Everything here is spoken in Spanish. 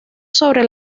sobre